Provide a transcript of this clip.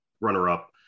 runner-up